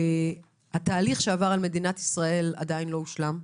לדעתי התהליך שעבר על מדינת ישראל עדיין לא הושלם,